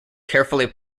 carefully